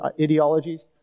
ideologies